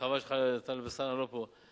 חבל שחבר הכנסת טלב אלסאנע לא פה,